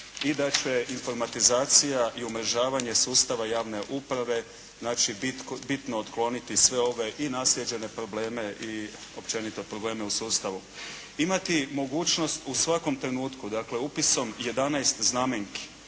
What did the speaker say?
i da će informatizacija i umrežavanje sustava javne uprave, znači bitno otkloniti sve ove i naslijeđene probleme i općenito probleme u sustavu. Imati mogućnost u svakom trenutku, dakle upisom 11 znamenki,